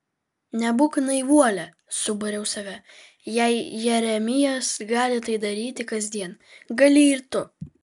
nebūk naivuolė subariau save jei jeremijas gali tai daryti kasdien gali ir tu